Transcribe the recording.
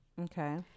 Okay